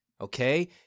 okay